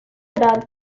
about